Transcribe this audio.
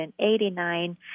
189